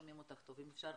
ביחד.